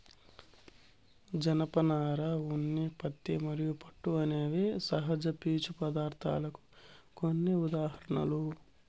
జనపనార, ఉన్ని, పత్తి మరియు పట్టు అనేవి సహజ పీచు పదార్ధాలకు కొన్ని ఉదాహరణలు